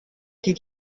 die